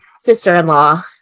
sister-in-law